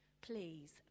Please